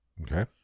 Okay